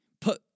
put